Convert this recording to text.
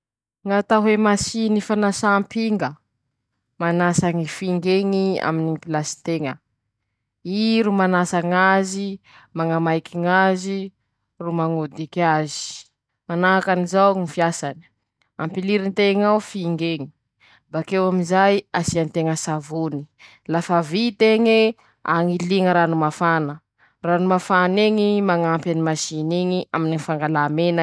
Sahala amizao moa roahy ñy masiny fanasan-tsike: -Masiny fanasan-tsiky io mandeha ho azy, tsy raha mila miasa teña, tsy raha mitovy aminy ñy siky sasà aminy ñy taña ;alany ñy loto, la li la malio soa ñy sikinao la bakao, manahaky anizao ñy fampiasa ñazy, vohanao masiny toy, ajobonao ao ñy siky ho sasanao asianao rano mafana kelikely, asianao kiliny aminy ñy savony, vit'eñe hilianao masiny io, velominao, aodiny siky io, lioviny soa, alanao laha bakeo.